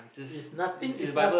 is nothing is nothing